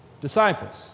Disciples